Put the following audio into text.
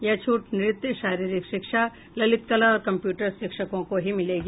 यह छूट नृत्य शारीरिक शिक्षा ललित कला और कंप्यूटर शिक्षकों को ही मिलेगी